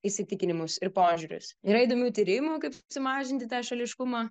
įsitikinimus ir požiūrius yra įdomių tyrimų kaip sumažinti tą šališkumą